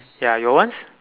ya your once